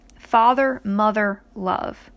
Father-mother-love